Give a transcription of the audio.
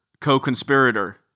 co-conspirator